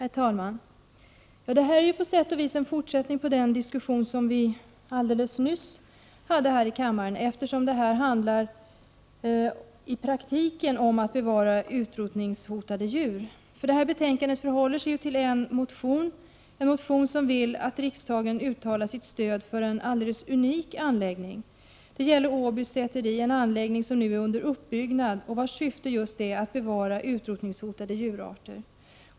Herr talman! Det här är på sätt och vis en fortsättning av den diskussion som vi alldeles nyss hörde här i kammaren, eftersom det här handlar om att i praktiken bevara utrotningshotade djur. Det här betänkandet förhåller sig till en enda motion, en motion som vill att riksdagen uttalar sitt stöd för en alldeles unik anläggning. Det gäller Åby säteri, en anläggning som nu är under uppbyggnad och vars syfte är att bevara utrotningshotade djurarter.